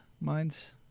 minds